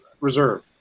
Reserve